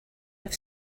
have